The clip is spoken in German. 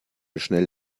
schnell